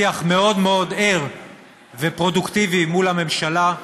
מאוד מאוד ער ופרודוקטיבי עם הממשלה,